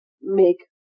make